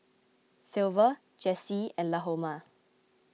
Silver Jessee and Lahoma